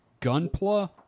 Gunpla